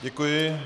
Děkuji.